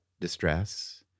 distress